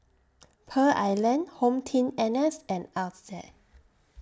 Pearl Island HomeTeam N S and Altez